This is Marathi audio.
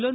लं